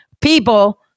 people